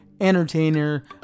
entertainer